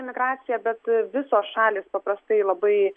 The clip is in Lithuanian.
imigracija bet visos šalys paprastai labai